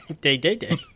Day-Day-Day